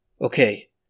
Okay